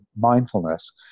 mindfulness